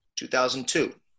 2002